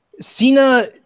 Cena